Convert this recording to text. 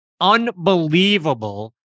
unbelievable